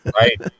Right